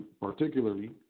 particularly